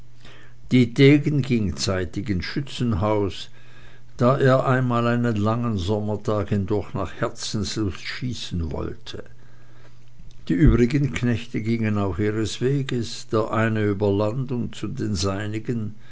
ging zeitig ins schützenhaus da er einmal einen langen sommertag hindurch nach herzenslust schießen wollte die übrigen knechte gingen auch ihres weges der eine über land zu den seinigen